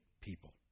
people